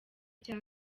cya